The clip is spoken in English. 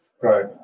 Right